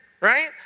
right